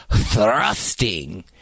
thrusting